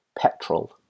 petrol